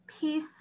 Peace